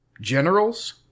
Generals